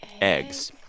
Eggs